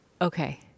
Okay